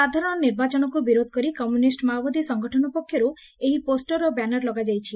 ସାଧାରଣ ନିର୍ବାଚନକୁ ବିରୋଧ କରି କମୁନିଷ୍ ମାଓବାଦୀ ସଂଗଠନ ପକ୍ଷରୁ ଏହି ପୋଷ୍ଟର ଓ ବ୍ୟାନର ଲଗାଯାଇଛି